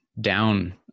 down